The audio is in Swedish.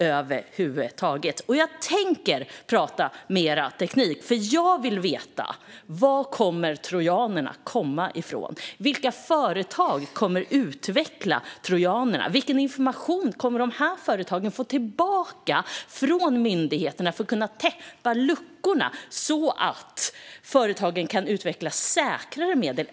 Jag tänker tala mer om teknik, för jag vill veta var trojanerna ska komma ifrån. Vilka företag kommer att utveckla trojanerna? Vilken information kommer dessa företag att få tillbaka från myndigheterna för att kunna täppa till luckorna, så att företagen kan utveckla säkrare medel?